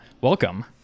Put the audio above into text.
welcome